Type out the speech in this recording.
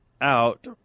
out